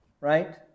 right